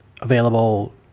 available